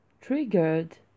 triggered